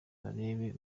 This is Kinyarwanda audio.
barebe